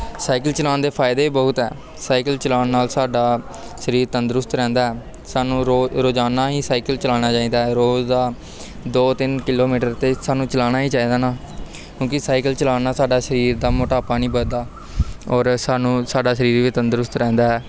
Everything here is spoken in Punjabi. ਸਾਈਕਲ ਚਲਾਉਣ ਦੇ ਫ਼ਾਇਦੇ ਬਹੁਤ ਆ ਸਾਈਕਲ ਚਲਾਉਣ ਨਾਲ ਸਾਡਾ ਸਰੀਰ ਤੰਦਰੁਸਤ ਰਹਿੰਦਾ ਸਾਨੂੰ ਰੋਜ਼ ਰੋਜ਼ਾਨਾ ਹੀ ਸਾਈਕਲ ਚਲਾਉਣਾ ਚਾਹੀਦਾ ਹੈ ਰੋਜ਼ ਦਾ ਦੋ ਤਿੰਨ ਕਿਲੋਮੀਟਰ ਤਾਂ ਸਾਨੂੰ ਚਲਾਉਣਾ ਹੀ ਚਾਹੀਦਾ ਨਾ ਕਿਉਂਕਿ ਸਾਈਕਲ ਚਲਾਉਣ ਨਾਲ ਸਾਡਾ ਸਰੀਰ ਦਾ ਮੋਟਾਪਾ ਨਹੀਂ ਵੱਧਦਾ ਔਰ ਸਾਨੂੰ ਸਾਡਾ ਸਰੀਰ ਵੀ ਤੰਦਰੁਸਤ ਰਹਿੰਦਾ ਹੈ